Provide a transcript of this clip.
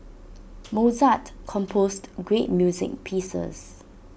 Mozart composed great music pieces